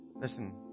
Listen